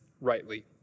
rightly